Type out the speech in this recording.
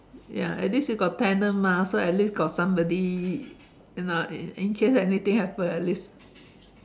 ya at least you got tenant mah so at least got somebody you know in in case anything happen at least